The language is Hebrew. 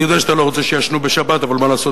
אני יודע שאתה לא רוצה שיעשנו בשבת, אבל מה לעשות?